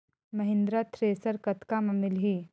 Mahindra thresher कतका म मिलही?